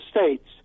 states